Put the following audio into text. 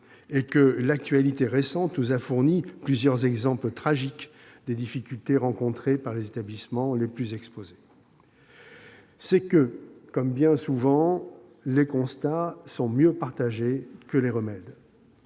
pas. L'actualité récente nous a fourni plusieurs exemples tragiques des difficultés rencontrées par les établissements les plus exposés. C'est que, comme bien souvent, les constats sont mieux partagés que les remèdes.